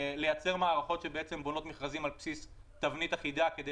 לייצר מערכות שבונות מכרזים על בסיס תבנית אחידה.